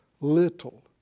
little